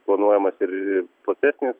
planuojamas ir platesnis